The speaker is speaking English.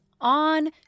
on